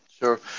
Sure